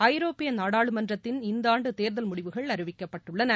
ஐரோப்பிய நாடாளுமன்றத்தின் இந்தாண்டு தேர்தல் முடிவுகள்அறிவிக்கப்பட்டுள்ளன